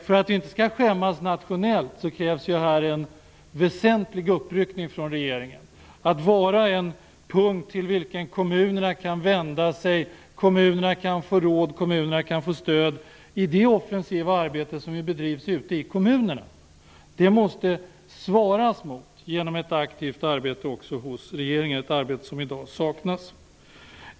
För att vi inte skall skämmas nationellt krävs en väsentlig uppryckning från regeringen, att vara en punkt till vilken kommunerna kan vända sig, där de kan få råd och stöd i det offensiva arbete som bedrivs ute i kommunerna. Det måste bemötas genom ett aktivt arbete också hos regeringen, ett arbete som i dag saknas.